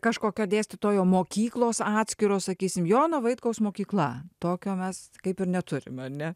kažkokio dėstytojo mokyklos atskiros sakysim jono vaitkaus mokykla tokio mes kaip ir neturim ar ne